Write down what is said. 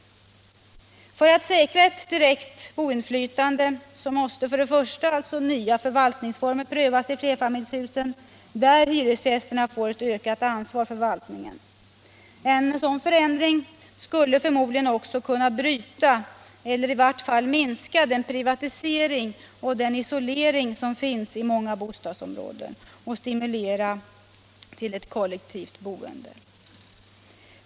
För att säkra ett direkt boinflytande måste alltså för det första nya förvaltningsformer prövas för flerfamiljshusen där hyresgästerna får ett ökat ansvar för förvaltningen. En sådan förändring skulle förmodligen också kunna bryta eller i vart fall minska privatiseringen och den isolering som finns i många bostadsområden och stimulera till kollektivt boende.